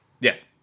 Yes